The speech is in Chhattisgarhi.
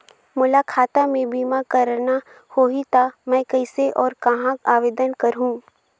मोला खाता मे बीमा करना होहि ता मैं कइसे और कहां आवेदन करहूं?